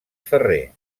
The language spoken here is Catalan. ferrer